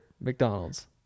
McDonald's